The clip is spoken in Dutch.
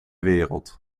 wereld